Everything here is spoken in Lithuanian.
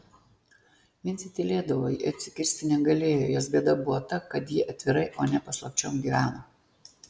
vincė tylėdavo ji atsikirsti negalėjo jos bėda buvo ta kad ji atvirai o ne paslapčiom gyveno